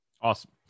Awesome